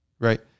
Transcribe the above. Right